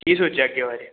ਕੀ ਸੋਚਿਆ ਅੱਗੇ ਬਾਰੇ